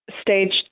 stage